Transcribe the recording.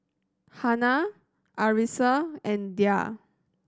Hana Arissa and Dhia